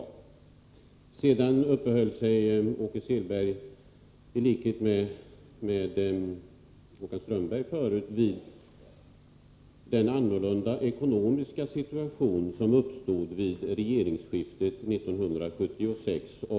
Åke Selberg uppehöll sig, i likhet med Håkan Strömberg, vid den annorlunda ekonomiska situation som uppstod vid regeringsskiftet 1976.